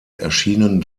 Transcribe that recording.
erschienen